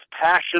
passion